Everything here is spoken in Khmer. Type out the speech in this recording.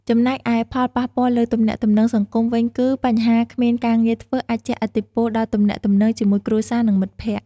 ចំណែកឯផលប៉ះពាល់លើទំនាក់ទំនងសង្គមវិញគឺ បញ្ហាគ្មានការងារធ្វើអាចជះឥទ្ធិពលដល់ទំនាក់ទំនងជាមួយគ្រួសារ និងមិត្តភក្តិ។